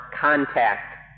contact